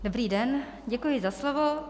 Dobrý den, děkuji za slovo.